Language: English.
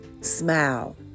Smile